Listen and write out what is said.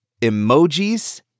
emojis